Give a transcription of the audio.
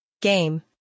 game